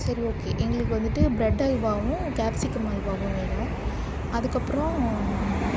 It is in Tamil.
சரி ஓகே எங்களுக்கு வந்துட்டு ப்ரெட் அல்வாவும் கேப்ஸிகம் அல்வாவும் வேணும் அதுக்கப்புறம்